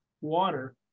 water